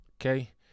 okay